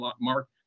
mark